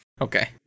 okay